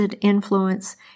influence